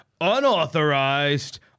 unauthorized